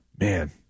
Man